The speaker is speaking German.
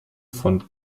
von